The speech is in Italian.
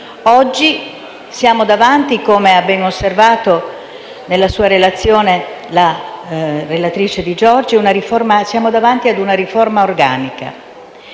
Oggi siamo davanti - come ha osservato nella sua relazione la senatrice Di Giorgi - a una riforma organica.